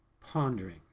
pondering